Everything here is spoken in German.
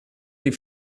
die